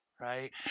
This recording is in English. right